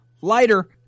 lighter